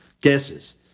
guesses